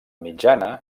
mitjana